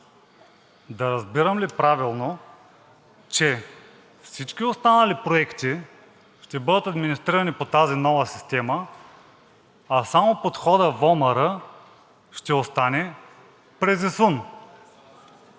Да разбирам ли правилно, че всички останали проекти ще бъдат администрирани по тази нова система, а само подходът ВОМР ще остане през ИСУН?